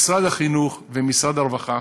משרד החינוך ומשרד הרווחה